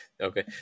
Okay